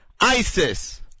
ISIS